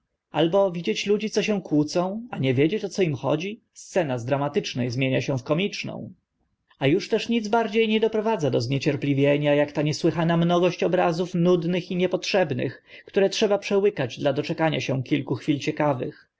albo widzieć ludzi co się kłócą a nie wiedzieć o co im chodzi scena z dramatyczne zmienia się na komiczną a uż też nic bardzie nie doprowadza do zniecierpliwienia ak ta niesłychana mno nuda gość obrazów nudnych i niepotrzebnych które trzeba przełykać dla doczekania się kilku chwil ciekawych